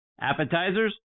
Appetizers